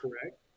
correct